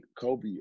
Kobe